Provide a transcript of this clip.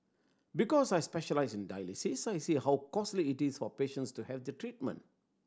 because I specialise in dialysis I see how costly it is for patients to have the treatment